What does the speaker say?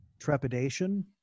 trepidation